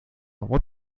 what